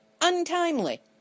untimely